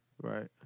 Right